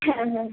হ্যাঁ হ্যাঁ